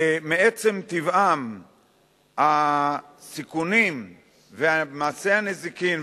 ומעצם טבעם הסיכונים ומעשי הנזיקין,